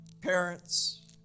Parents